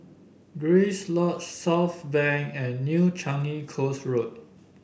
Grace Lodge Southbank and New Changi Coast Road